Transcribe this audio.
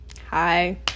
hi